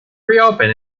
reopen